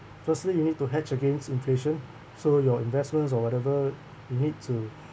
firstly you need to hedge against inflation so your investments or whatever you need to